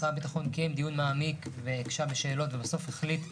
שר הביטחון קיים דיון מעמיק והקשה בשאלות ובסוף החליט,